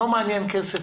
לא מעניין כסף,